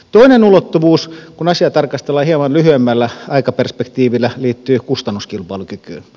toinen ulottuvuus kun asiaa tarkastellaan hieman lyhyemmällä aikaperspektiivillä liittyy kustannuskilpailukykyyn